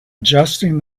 adjusting